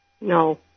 No